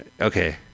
Okay